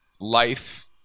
life